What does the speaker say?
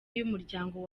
y’umuryango